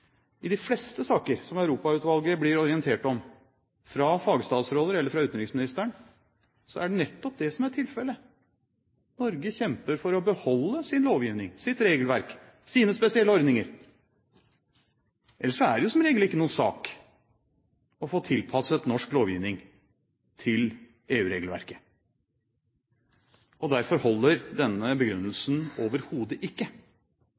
i de fleste saker som Europautvalget blir orientert om, fra fagstatsråder eller fra utenriksministeren, er det nettopp det som er tilfellet. Norge kjemper for å beholde sin lovgivning, sitt regelverk, sine spesielle ordninger. Ellers er det som regel ikke noen sak å få tilpasset norsk lovgivning til EU-regelverket. Derfor holder denne begrunnelsen overhodet ikke,